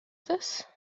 this